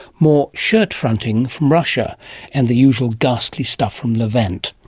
more shirt-fronting from russia and the usual ghastly stuff from levant.